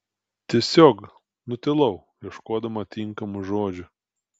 tiesiog nutilau ieškodama tinkamų žodžių